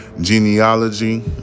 genealogy